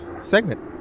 segment